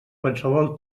qualsevol